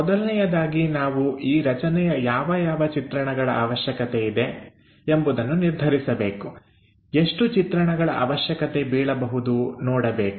ಮೊದಲನೆಯದಾಗಿ ನಾವು ಈ ರಚನೆಯ ಯಾವ ಯಾವ ಚಿತ್ರಣಗಳ ಅವಶ್ಯಕತೆ ಇದೆ ಎಂಬುದನ್ನು ನಿರ್ಧರಿಸಬೇಕು ಎಷ್ಟು ಚಿತ್ರಣಗಳ ಅವಶ್ಯಕತೆ ಬರಬಹುದೇ ನೋಡಬೇಕು